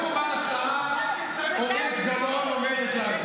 אני עוצר את השעון עד שהשרה תסיים אתה הקמת ממשלה עם מנסור עבאס.